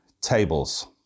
tables